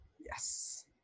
Yes